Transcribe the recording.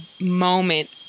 moment